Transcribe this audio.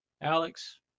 alex